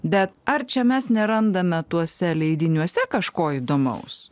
bet ar čia mes nerandame tuose leidiniuose kažko įdomaus